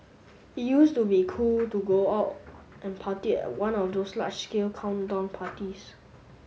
it used to be cool to go out and party at one of those large scale countdown parties